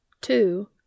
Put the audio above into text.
Two